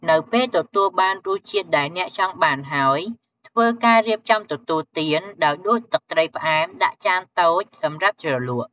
នៅពេលទទួលបានរសជាតិដែលអ្នកចង់បានហើយ ធ្វើការរៀបចំទទួលទានដោយដួសទឹកត្រីផ្អែមដាក់ចានតូចសម្រាប់ជ្រលក់។